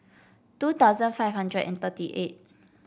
two thousand five hundred and thirty eight